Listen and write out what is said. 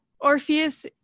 Orpheus